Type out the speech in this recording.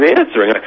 answering